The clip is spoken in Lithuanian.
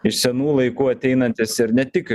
iš senų laikų ateinantis ir ne tik